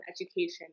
education